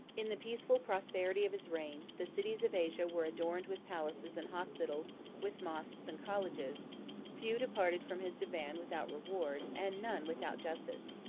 in the peaceful prosperity of his reign, the cities of asia were adorned with palaces and hospitals with moschs and colleges few departed from his divan without reward, and none without justice.